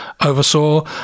oversaw